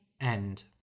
End